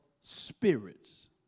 spirits